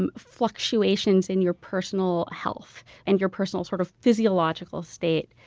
um fluctuations in your personal health and your personal sort of physiological state.